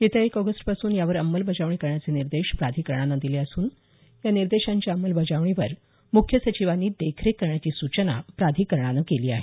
येत्या एक ऑगस्टपासून यावर अंमलबजावणी करण्याचे निर्देश प्राधिकरणानं दिले असून या निर्देशांच्या अंमलबजावणीवर मुख्य सचिवांनी देखरेख करण्याची सूचना प्राधिकरणानं केली आहे